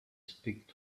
speak